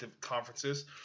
conferences